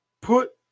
put